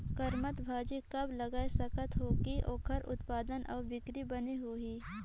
करमत्ता भाजी कब लगाय सकत हो कि ओकर उत्पादन अउ बिक्री बने होही?